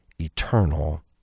eternal